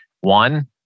One